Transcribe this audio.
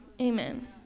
amen